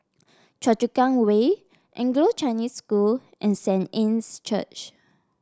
Choa Chu Kang Way Anglo Chinese School and Saint Anne's Church